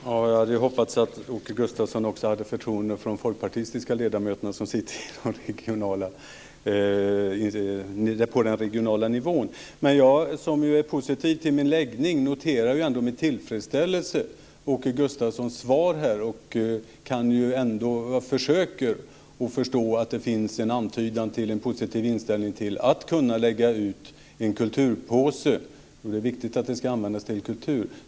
Fru talman! Jag hade hoppats att Åke Gustavsson också hade förtroende för de folkpartistiska ledamöterna på den regionala nivån. Jag är positiv till min läggning och noterar med tillfredsställelse Åke Gustavssons svar och försöker förstå att det finns en antydan till en positiv inställning till att kunna lägga ut en kulturpåse. Det är viktigt att den ska användas till kultur.